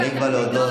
אבל אם כבר להודות,